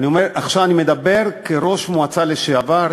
עכשיו אני מדבר כראש מועצה לשעבר,